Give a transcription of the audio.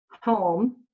home